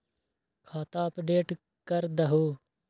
खाता अपडेट करदहु?